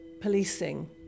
policing